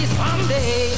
someday